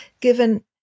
given